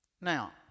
Now